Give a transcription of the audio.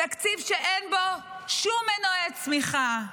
תקציב שאין בו שום מנועי צמיחה,